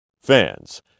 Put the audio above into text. Fans